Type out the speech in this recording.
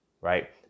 right